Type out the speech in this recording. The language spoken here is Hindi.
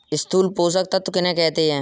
स्थूल पोषक तत्व किन्हें कहते हैं?